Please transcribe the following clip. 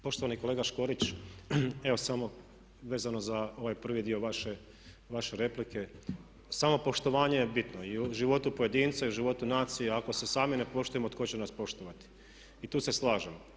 Poštovani kolega Škorić, evo samo vezano za ovaj prvi dio vaše replike, samopoštovanje je bitno i u životu pojedinca i u životu nacije ako se sami ne poštujemo tko će nas poštovati i tu se slažem.